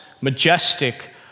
majestic